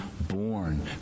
born